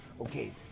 Okay